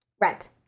Rent